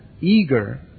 eager